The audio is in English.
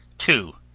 two.